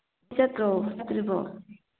ꯆꯠꯇ꯭ꯔꯣ ꯆꯠꯇ꯭ꯔꯤꯕꯣ